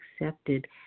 accepted